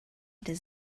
does